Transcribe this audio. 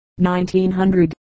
1900